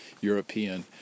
European